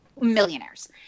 millionaires